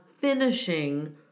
Finishing